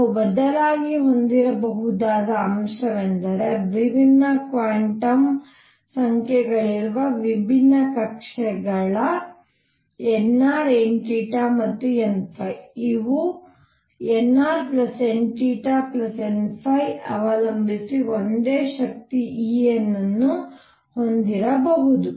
ನಾವು ಬದಲಾಗಿ ಹೊಂದಿರಬಹುದಾದ ಅಂಶವೆಂದರೆ ವಿಭಿನ್ನ ಕ್ವಾಂಟಮ್ ಸಂಖ್ಯೆಗಳಿರುವ ವಿಭಿನ್ನ ಕಕ್ಷೆಗಳ nr n ಮತ್ತು n ಇವು nrn|n| ಅವಲಂಬಿಸಿ ಒಂದೇ ಶಕ್ತಿ En ವನ್ನು ಹೊಂದಿರಬಹುದು